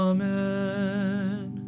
Amen